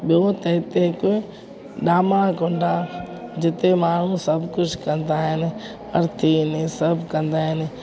ॿियो त हिते हिकु डामा कुंड आहे जिते माण्हू सभु कुझु कंदा आहिनि आरिती हिन सभु कंदा आहिनि